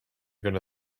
gonna